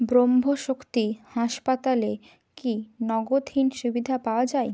ব্রহ্ম শক্তি হাসপাতালে কি নগদহীন সুবিধা পাওয়া যায়